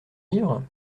livre